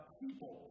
people